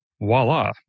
voila